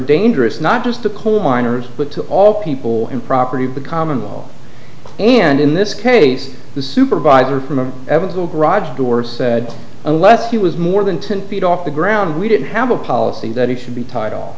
dangerous not just to coal miners but to all people and property of the common law and in this case the supervisor from evansville garage door said unless he was more than ten feet off the ground we did have a policy that we should be ti